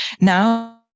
Now